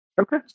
Okay